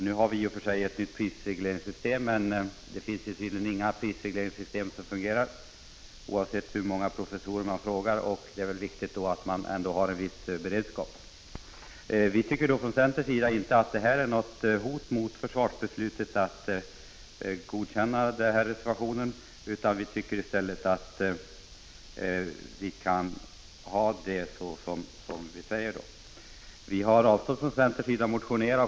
Nu har vi i och för sig ett nytt prisregleringssystem, men det finns tydligen inget prisregleringssystem som fungerar, oavsett hur många professorer som tillfrågas. Det är därför angeläget att man har en viss beredskap. Från centerns sida tycker vi inte att det innebär något hot mot försvarsbeslutet om riksdagen bifaller reservationen. Man kan ha en sådan ordning som vi reservanter anger. Vi centerpartister har avstått från att motionera.